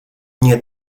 nie